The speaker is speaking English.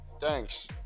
thanks